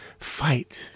fight